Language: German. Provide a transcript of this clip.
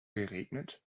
geregnet